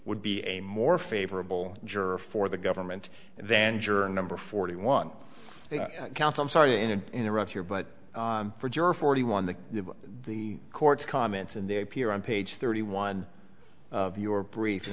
would be a more favorable juror for the government then juror number forty one counts i'm sorry to interrupt here but for juror forty one the the court's comments and they appear on page thirty one of your briefs and